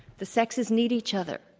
the sexes need each other.